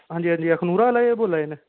हां जी हां जी अखनूरा आह्ले बोला दे न